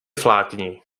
flákni